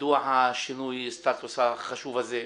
מדוע שינוי הסטאטוס החשוב הזה?